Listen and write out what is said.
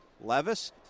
Levis